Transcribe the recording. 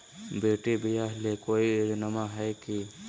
बेटी ब्याह ले कोई योजनमा हय की?